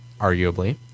Arguably